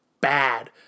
bad